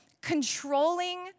controlling